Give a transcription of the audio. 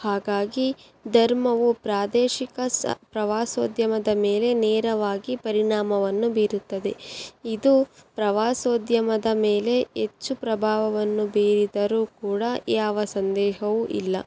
ಹಾಗಾಗಿ ಧರ್ಮವು ಪ್ರಾದೇಶಿಕ ಸ ಪ್ರವಾಸೋದ್ಯಮದ ಮೇಲೆ ನೇರವಾಗಿ ಪರಿಣಾಮವನ್ನು ಬೀರುತ್ತದೆ ಇದು ಪ್ರವಾಸೋದ್ಯಮದ ಮೇಲೆ ಹೆಚ್ಚು ಪ್ರಭಾವನ್ನು ಬೀರಿದರೂ ಕೂಡ ಯಾವ ಸಂದೇಹವೂ ಇಲ್ಲ